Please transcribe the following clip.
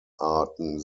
arten